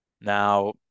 Now